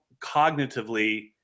cognitively